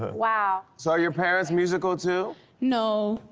wow. so are your parents musical too? no.